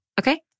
Okay